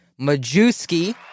Majewski